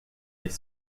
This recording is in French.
les